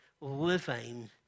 living